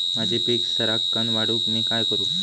माझी पीक सराक्कन वाढूक मी काय करू?